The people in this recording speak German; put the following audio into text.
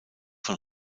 von